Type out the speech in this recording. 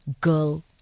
girl